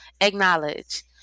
acknowledge